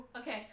Okay